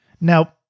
Now